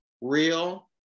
real